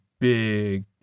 big